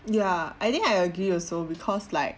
ya I think I agree also because like